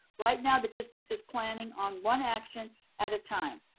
right now the district is planning on one action at a time.